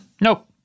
Nope